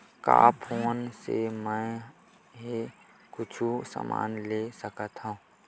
का फोन से मै हे कुछु समान ले सकत हाव का?